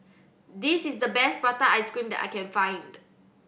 this is the best prata ice cream that I can find